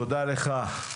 תודה לך.